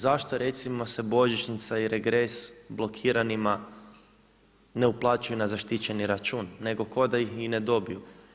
Zašto recimo se božićnica i regres blokiranima ne uplaćuje na zaštićeni račun nego kao da ih i ne dobiju?